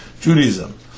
Judaism